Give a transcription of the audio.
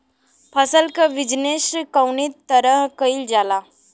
फसल क बिजनेस कउने तरह कईल जाला?